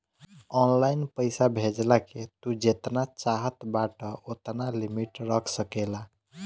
online पईसा भेजला के तू जेतना चाहत बाटअ ओतना लिमिट रख सकेला